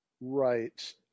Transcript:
Right